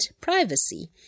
privacy